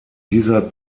dieser